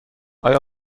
آیا